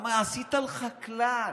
למה עשית לך כלל: